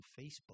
Facebook